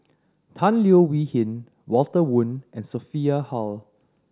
Tan Leo Wee Hin Walter Woon and Sophia Hull